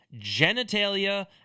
genitalia